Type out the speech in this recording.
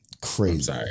Crazy